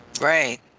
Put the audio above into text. Right